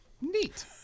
Neat